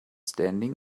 standing